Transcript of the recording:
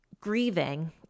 grieving